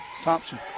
Thompson